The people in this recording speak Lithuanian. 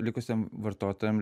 likusiem vartotojam